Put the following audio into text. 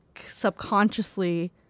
subconsciously